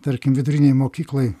tarkim vidurinėj mokykloj